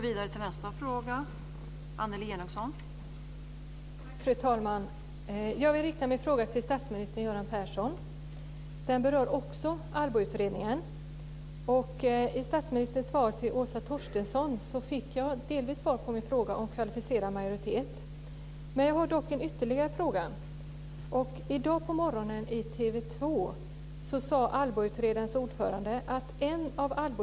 Fru talman! Jag vill rikta min fråga till statsminister Göran Persson. Den berör också ALLBO utredningen. I statsministerns svar till Åsa Torstensson fick jag delvis svar på min fråga om kvalificerad majoritet. Jag har dock en ytterligare fråga.